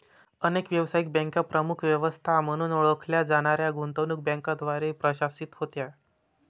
अनेक व्यावसायिक बँका प्रमुख व्यवस्था म्हणून ओळखल्या जाणाऱ्या गुंतवणूक बँकांद्वारे प्रशासित होत्या